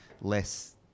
less